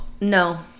no